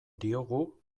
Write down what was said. diogu